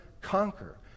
conquer